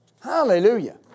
Hallelujah